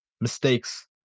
mistakes